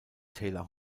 taylor